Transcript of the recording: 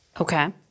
Okay